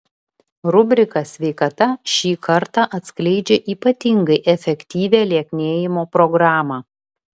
rubrika sveikata šį kartą atskleidžia ypatingai efektyvią lieknėjimo programą